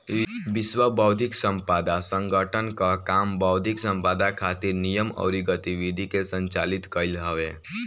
विश्व बौद्धिक संपदा संगठन कअ काम बौद्धिक संपदा खातिर नियम अउरी गतिविधि के संचालित कईल हवे